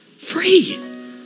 Free